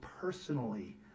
personally